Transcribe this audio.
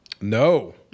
No